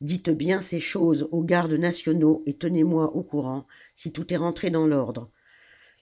dites bien ces choses aux gardes nationaux et tenezmoi au courant si tout est rentré dans l'ordre